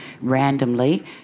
randomly